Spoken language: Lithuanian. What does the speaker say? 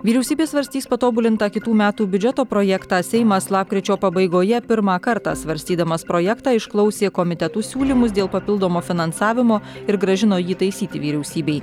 vyriausybė svarstys patobulintą kitų metų biudžeto projektą seimas lapkričio pabaigoje pirmą kartą svarstydamas projektą išklausė komitetų siūlymus dėl papildomo finansavimo ir grąžino jį taisyti vyriausybei